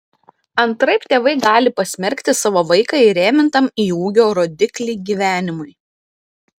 antraip tėvai gali pasmerkti savo vaiką įrėmintam į ūgio rodiklį gyvenimui